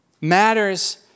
matters